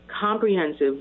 comprehensive